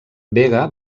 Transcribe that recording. vega